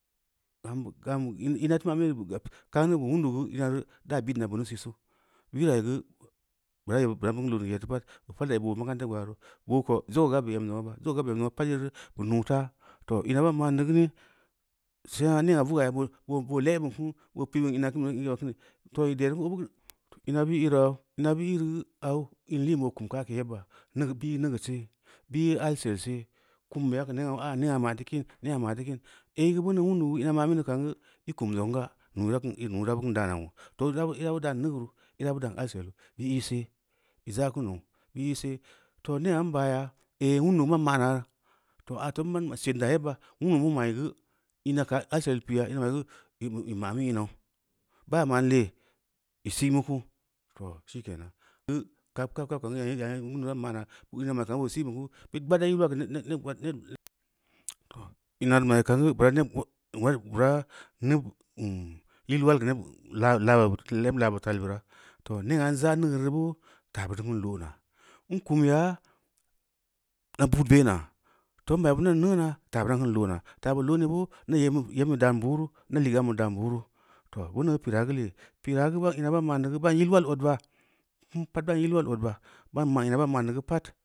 Gabn bu ina teu man bin yere kanī geu wundu geu ina reu daa ɓidna bini sisu, birayi geu bira bin lodn geu yebbid teu pad, bu pal yebbo makaranta gbaanu boo ko zogeu ga ba em zongna ba zogeu ga bu em zongna ba pad yere bu nuu taa, too ina ban ma’n neu geu ni, sengna nea ruga yaa boo lebin kunu boo pī’ bin ina kini, pī’ bin ina kini, too ī deereu kunu obu gu ina bu ī’ reu aa, bu ī’reu geu au in liin bu oo kun ka’keu yebba, bu ī’ neugeud sel, bu ī’ alsel see, kumbeye kiin, ci geu beunu wunda geu īna ma- bini kan geu i’ kum zongn ga nuu ira bu keun daana, too ira bu daan nuu ira bu keun daana, too ira bu daan neugeuru, ira bu daam alselu, buu ī’ sel, ī za’ ƙun zong bi ī see, too nee n baa ya, ehh wundu man ma’re, too aa n ban setn daa yebba wundu geu mu’ī’geu alsel pii in ula reu geu ī ma’mu inau, baa ma’n lee, ī sitnu ku, too shikenan, kab kab kab ko nyanin ma’na, ina maī’ kam geu boo si’ bin ku, bid gbad dai yil ulal geu neb gbadra, too ina reu maī kan boo bura yil ulalgeu neb laa bu tal bura, too nea n za’ neugeu reu boo, taa, butu kun lo’na n kum yaa na bud ba’na too n bai bin neun neu na taa baran keun lo’ro, taa bu lo’n neu loo na yebn bid daan beeru, na ligeu ambu deun booru too boneu pira geu lee pira geu ina bai ma’n neu geu bai yil ulal odba, bin pad bam yil ulal odba, ban ma’n ina ban ma’n neu geu pad.